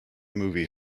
movie